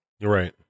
right